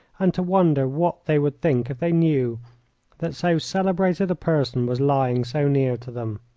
and to wonder what they would think if they knew that so celebrated a person was lying so near to them.